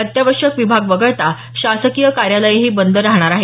अत्यावश्यक विभाग वगळता शासकीय कार्यालयंही बंद राहणार आहेत